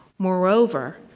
moreover,